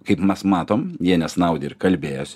kaip mes matom jie nesnaudė ir kalbėjosi